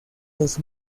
los